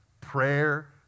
prayer